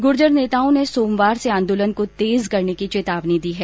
गुर्जर नेताओं ने सोमवार से आंदोलन को तेज करने की चेतावनी दी है